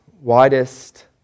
widest